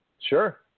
sure